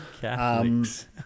Catholics